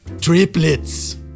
Triplets